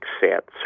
sets